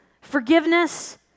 forgiveness